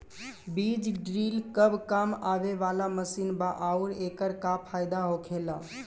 बीज ड्रील कब काम आवे वाला मशीन बा आऊर एकर का फायदा होखेला?